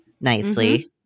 nicely